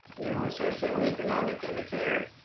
you know, a socioeconomic indicator